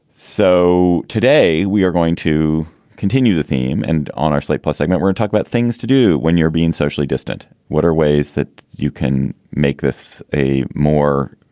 so today we are going to continue the theme. and on our slate plus segment, we're to and talk about things to do when you're being socially distant. what are ways that you can make this a more